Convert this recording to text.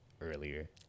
earlier